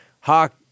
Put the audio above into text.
Hawk